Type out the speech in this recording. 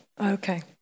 Okay